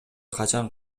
качан